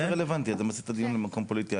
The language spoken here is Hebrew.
אתה מסיט את הדיון למקום פוליטי.